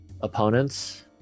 opponents